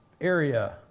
area